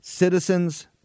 citizens